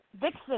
Vixen